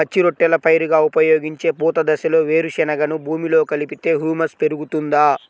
పచ్చి రొట్టెల పైరుగా ఉపయోగించే పూత దశలో వేరుశెనగను భూమిలో కలిపితే హ్యూమస్ పెరుగుతుందా?